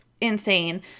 insane